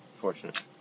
Fortunate